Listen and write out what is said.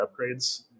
upgrades